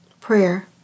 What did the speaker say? prayer